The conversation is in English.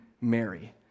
Mary